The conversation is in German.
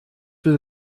will